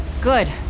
Good